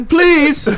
Please